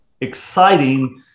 exciting